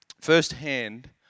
firsthand